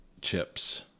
chips